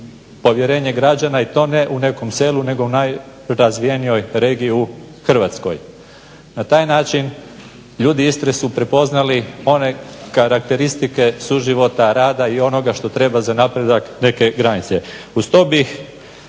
povjerenje građana i to ne u nekom selu nego u najrazvijenijoj regiji u Hrvatskoj. Na taj način ljudi Istre su prepoznali one karakteristike suživota, rada i onoga što treba za napredak neke granice. Uz to bih